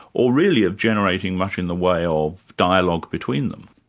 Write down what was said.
or really of generating much in the way of dialogue between them.